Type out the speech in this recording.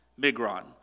Migron